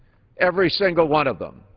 every single one of them.